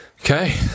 Okay